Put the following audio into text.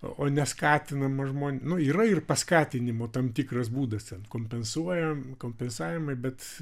o neskatinama žmon nu yra ir paskatinimų tam tikras būdas ten kompensuojam kompensavimai bet